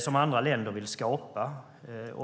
som andra länder vill skapa och som vi blir inbjudna till.